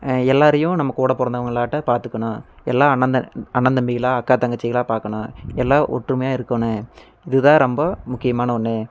எல்லாரையும் நம்ம கூடப்பிறந்தவங்களாட்டம் பார்த்துக்கணும் எல்லாம் அண்ண த அண்ணன் தம்பிகளா அக்கா தங்கச்சிகளா பார்க்கணும் எல்லாம் ஒற்றுமையாக இருக்கணும் இது தான் ரொம்ப முக்கியமான ஒன்று